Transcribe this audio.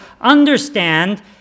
understand